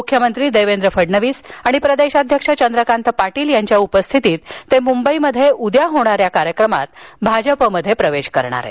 मुख्यमंत्री देवेंद्र फडणवीस आणि प्रदेशाध्यक्ष चंद्रकांत पाटील यांच्या उपस्थितीत ते मुंबईत उद्या होणाऱ्या कार्यक्रमात भाजपामध्ये प्रवेश करणार आहेत